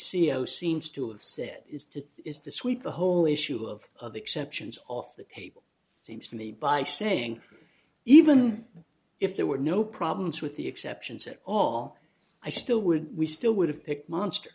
o seems to have said is to is to sweep the whole issue of exceptions off the table seems to me by saying even if there were no problems with the exceptions at all i still would we still would have picked monster